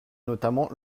notamment